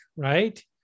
Right